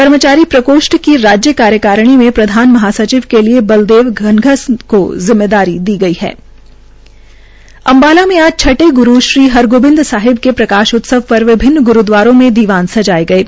कर्मचारी प्रकोष्ठ की राज्य कार्यकारिणी में प्रधान महासचिव के लिए बलदेव घनघस को जिम्मेदारी दी है अम्बाला में आज छठे गुरू श्री हर गोबिंद साहिब के प्रकाश उत्सव पर विभिन्न ग्रूदवारों में दीवान सजाये गये